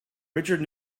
richard